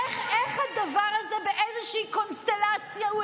איך הדבר הזה הגיוני באיזושהי קונסטלציה?